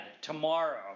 tomorrow